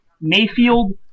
Mayfield